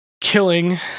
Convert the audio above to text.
killing